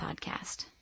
podcast